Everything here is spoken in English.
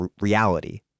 reality